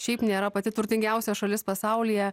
šiaip nėra pati turtingiausia šalis pasaulyje